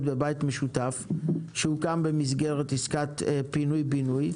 בבית משותף שהוקם במסגרת עסקת פינוי ובינוי,